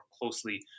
closely